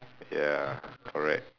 ya correct